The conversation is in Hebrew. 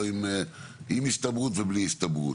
לא עם הסתברות ובלי הסתברות.